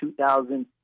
2000